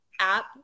app